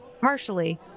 partially